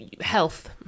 health